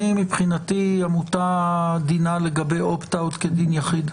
מבחינתי עמותה דינה לגבי opt out כדין יחיד,